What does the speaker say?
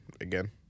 again